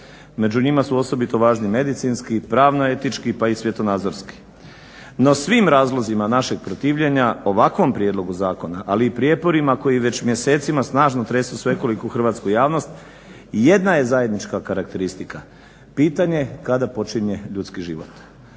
Među njima su osobito važni medicinski, pravno etički pa i svjetonazorski. No svim razlozima našeg protivljenja ovakvom prijedlogu zakona, ali i prijeporima koji već mjesecima snažno tresu svekoliku hrvatsku javnost jedna je zajednička karakteristika, pitanje kada počinje ljudski život,